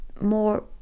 more